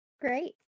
Great